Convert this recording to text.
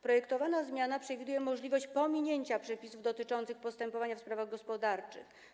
Projektowana zmiana przewiduje możliwość pominięcia przepisów dotyczących postępowania w sprawach gospodarczych.